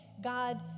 God